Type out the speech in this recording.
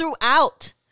throughout